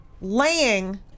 laying